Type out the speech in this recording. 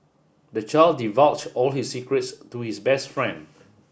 the child divulged all his secrets to his best friend